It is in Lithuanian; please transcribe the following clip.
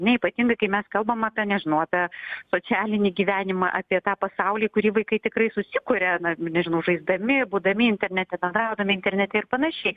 ne ypatingai kai mes kalbam apie nežinau apie socialinį gyvenimą apie tą pasaulį kurį vaikai tikrai susikuria na nežinau žaisdami būdami internete bendraudami internete ir panašiai